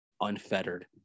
unfettered